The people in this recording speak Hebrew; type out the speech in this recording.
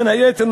בין היתר,